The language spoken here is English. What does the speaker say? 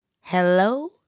Hello